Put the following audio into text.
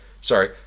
Sorry